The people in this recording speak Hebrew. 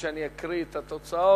10,